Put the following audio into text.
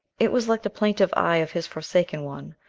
it was like the plaintive eye of his forsaken one,